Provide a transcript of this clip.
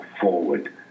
forward